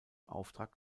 auftrag